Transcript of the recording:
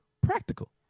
practical